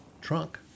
trunk